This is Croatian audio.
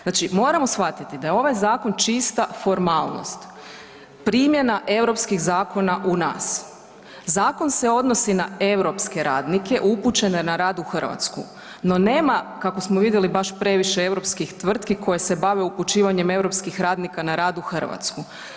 Znači moramo shvatiti da je ovaj Zakon čista formalnost, primjena europskih zakona u nas, Zakon se odnosi na europske radnike upućene na rad u Hrvatsku, no nema kako smo vidjeli baš previše europskih tvrtki koje se bave upućivanjem europskih radnika na rad u Hrvatsku.